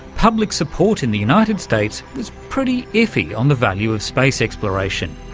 public support in the united states was pretty iffy on the value of space exploration.